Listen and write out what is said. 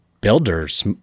builders